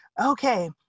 Okay